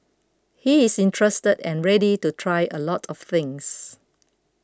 he is interested and ready to try a lot of things